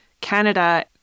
Canada